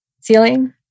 ceiling